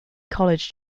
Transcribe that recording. college